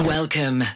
Welcome